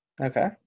Okay